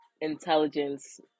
intelligence